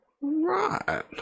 Right